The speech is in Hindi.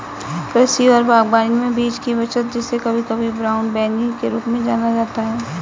कृषि और बागवानी में बीज की बचत जिसे कभी कभी ब्राउन बैगिंग के रूप में जाना जाता है